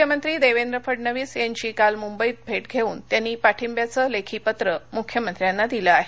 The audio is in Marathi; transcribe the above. मुख्यमंत्री देवेंद्र फडणवीस यांची काल मुंबईत भेट घेऊन त्यांनी पाठिंब्याचं लेखी पत्र मुख्यमंत्र्यांना दिलं आहे